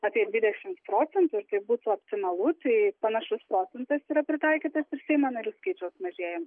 apie dvidešimt procentų ir tai būtų optimalu tai panašus procentas yra pritaikytas ir seimo narių skaičiaus mažėjim